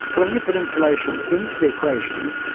when you put information into the equations,